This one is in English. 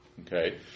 Okay